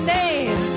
name